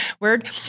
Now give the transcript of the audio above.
Word